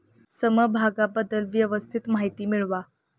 समभागाबद्दल व्यवस्थित माहिती मिळवा